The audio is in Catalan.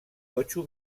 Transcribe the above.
totxo